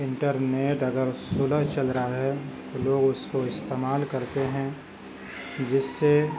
inter net اگر slow چل رہا ہے تو لوگ اس کو استعمال کرتے ہیں جس سے